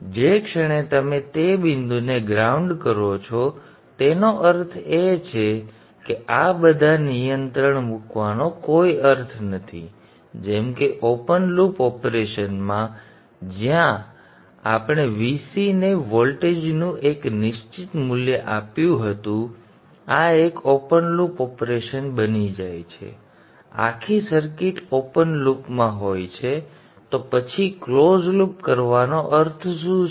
હવે જે ક્ષણે તમે તે બિંદુને ગ્રાઉન્ડ કરો છો તેનો અર્થ એ છે કે આ બધા નિયંત્રક મૂકવાનો કોઈ અર્થ નથી જેમ કે ઓપન લૂપ ઓપરેશનમાં જ્યાં આપણે Vc ને વોલ્ટેજનું એક નિશ્ચિત મૂલ્ય આપ્યું હતું આ એક ઓપન લૂપ ઓપરેશન બની જાય છે આખી સર્કિટ ઓપન લૂપમાં હોય છે તો પછી ક્લોઝ લૂપ કરવાનો અર્થ શું છે